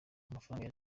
amafaranga